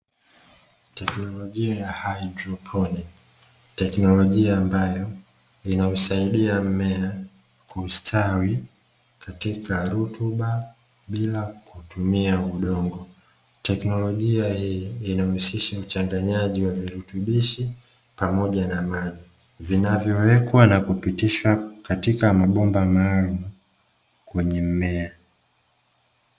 Teknolojia ya haidroponi, teknolojia ambayo inausaidia mmea kustawi katika rutuba bila kutumia udongo, teknolojia hii inahusisha uchanganyaji wa virutubishi pamoja na maji vinavyowekwa na kupitishwa katika mabomba maalumu kwenye mmea.